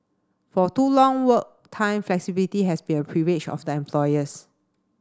for too long work time flexibility has been a privilege of the employers